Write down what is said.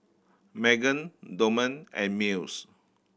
Magen Dorman and Mills